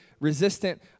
resistant